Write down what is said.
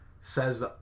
says